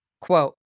Quote